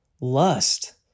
lust